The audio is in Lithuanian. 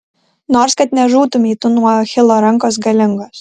nors kad nežūtumei tu nuo achilo rankos galingos